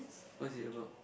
what's it about